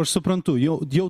aš suprantu jau jau